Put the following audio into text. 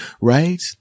right